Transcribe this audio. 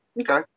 Okay